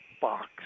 box